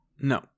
no